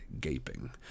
gaping